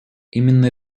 именно